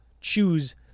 choose